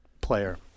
player